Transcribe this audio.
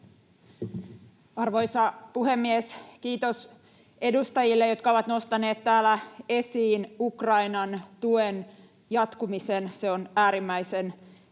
Arvoisa puhemies! Kiitos edustajille, jotka ovat nostaneet täällä esiin Ukrainan tuen jatkumisen. Se on äärimmäisen tärkeää.